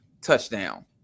touchdown